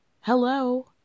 hello